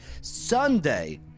Sunday